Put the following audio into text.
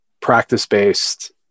practice-based